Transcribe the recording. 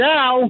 Now